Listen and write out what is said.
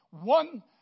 One